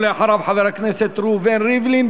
ואחריו, חבר הכנסת ראובן ריבלין.